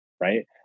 Right